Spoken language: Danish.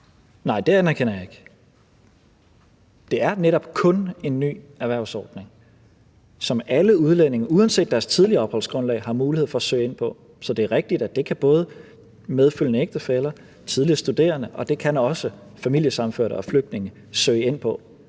Nej, det anerkender jeg ikke. Det er netop kun en ny erhvervsordning, som alle udlændinge uanset deres tidligere opholdsgrundlag har mulighed for at søge ind på. Så det er rigtigt, at det kan både medfølgende ægtefæller, tidligere studerende og også familiesammenførte og flygtninge søge ind på,